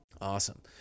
Awesome